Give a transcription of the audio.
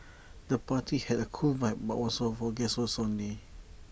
the party had A cool vibe but was for guests only